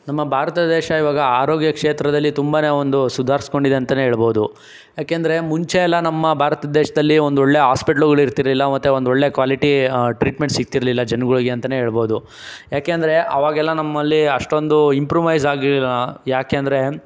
ನಮ್ಮ ಭಾರತ ದೇಶ ಈವಾಗ ಆರೋಗ್ಯ ಕ್ಷೇತ್ರದಲ್ಲಿ ತುಂಬನೇ ಒಂದು ಸುಧಾರಿಸ್ಕೊಂಡಿದೆ ಅಂತಲೇ ಹೇಳ್ಬೋದು ಏಕೆಂದ್ರೆ ಮುಂಚೆಯೆಲ್ಲ ನಮ್ಮ ಭಾರತ ದೇಶದಲ್ಲಿ ಒಂದೊಳ್ಳೆ ಹಾಸ್ಪಿಟ್ಲುಗಳು ಇರ್ತಿರಲಿಲ್ಲ ಮತ್ತು ಒಂದೊಳ್ಳೆ ಕ್ವಾಲಿಟಿ ಟ್ರೀಟ್ಮೆಂಟ್ ಸಿಗ್ತಿರಲಿಲ್ಲ ಜನಗಳಿಗೆ ಅಂತಲೇ ಹೇಳ್ಬೋದು ಏಕೆಂದ್ರೆ ಆವಾಗೆಲ್ಲ ನಮ್ಮಲ್ಲಿ ಅಷ್ಟೊಂದು ಇಂಪ್ರೂವೈಸ್ ಆಗಿಲ್ಲ ಏಕೆಂದ್ರೆ